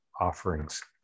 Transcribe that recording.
offerings